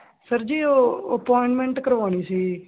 sir ji ਉਹ appointment ਕਰਵੋਣੀ ਸੀ